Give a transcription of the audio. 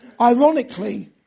Ironically